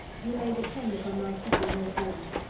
you may depend upon my seeking no further.